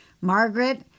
Margaret